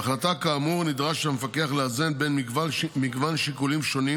בהחלטה כאמור נדרש המפקח לאזן בין מגוון שיקולים שונים